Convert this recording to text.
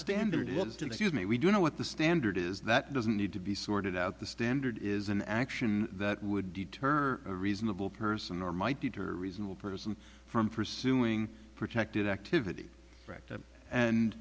standard is did you mean we don't know what the standard is that doesn't need to be sorted out the standard is an action that would deter a reasonable person or might deter a reasonable person from pursuing protected activity and